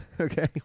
Okay